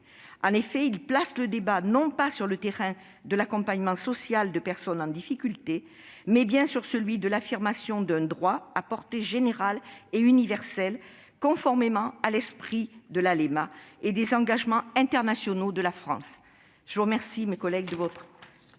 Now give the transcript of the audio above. En effet, cela place le débat non pas sur le terrain de l'accompagnement social de personnes en difficulté, mais bien sur celui de l'affirmation d'un droit de portée générale et universelle, conformément à l'esprit de la LEMA et des engagements internationaux de la France. La parole est à M. le rapporteur.